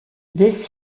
this